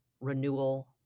renewal